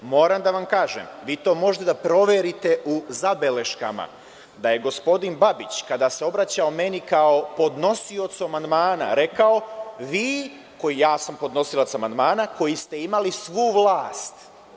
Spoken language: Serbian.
Moram da vam kažem, vi to možete da proverite u zabeleškama, da je gospodin Babić, kada se obraćao meni kao podnosiocu amandmana, rekao – vi, a ja sam podnosilac amandmana, koji ste imali svu vlast.